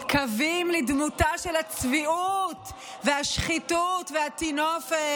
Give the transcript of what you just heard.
קווים לדמותה של הצביעות והשחיתות והטינופת.